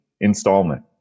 installment